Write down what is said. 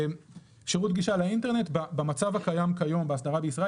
שירות גישה לאינטרנט במצב הקיים כיום באסדרה בישראל